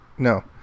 No